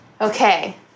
Okay